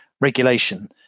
regulation